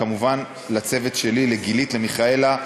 כמובן לצוות שלי, לגילית, למיכאלה,